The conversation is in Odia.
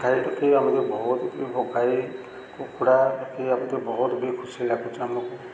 ଗାଈ ରଖି ଆମେ ବହୁତ ଗାଇ କୁକୁଡ଼ା ରଖି ଆମେ ବହୁତ ବି ଖୁସି ଲାଗୁଛି ଆମକୁ